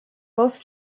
both